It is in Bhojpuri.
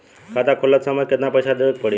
खाता खोलत समय कितना पैसा देवे के पड़ी?